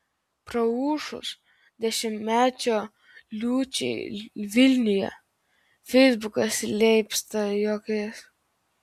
praūžus dešimtmečio liūčiai vilniuje feisbukas leipsta juokais